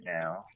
now